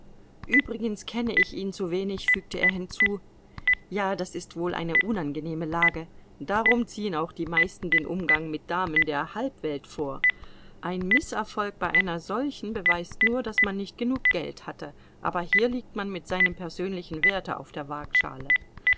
übrigens kenne ich ihn zu wenig fügte er hinzu ja das ist wohl eine unangenehme lage darum ziehen auch die meisten den umgang mit damen der halbwelt vor ein mißerfolg bei einer solchen beweist nur daß man nicht genug geld hatte aber hier liegt man mit seinem persönlichen werte auf der waagschale